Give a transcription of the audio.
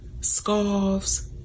scarves